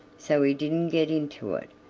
so he didn't get into it,